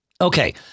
Okay